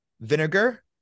vinegar